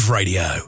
Radio